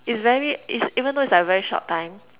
it's very it's even though it's like a very short time